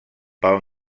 pel